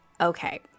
Okay